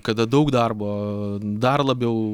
kada daug darbo dar labiau